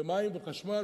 ומים וחשמל,